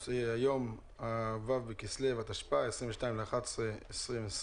היום ו' בכסלו התשפ"א, 22.11.2020,